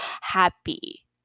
happy